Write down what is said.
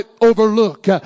overlook